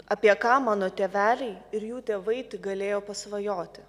apie ką mano tėveliai ir jų tėvai galėjo pasvajoti